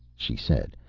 she said.